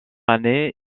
année